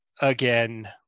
again